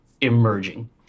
emerging